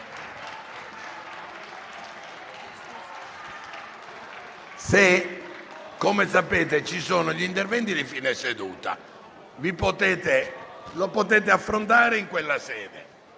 come sapete, ci sono gli interventi di fine seduta e potete intervenire in quella sede.